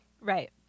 Right